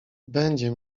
będzie